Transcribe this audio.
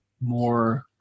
more